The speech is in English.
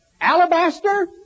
alabaster